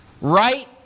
right